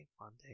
Monday